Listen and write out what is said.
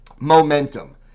momentum